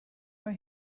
mae